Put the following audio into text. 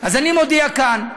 אז אני מודיע כאן,